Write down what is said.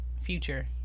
Future